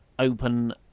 Open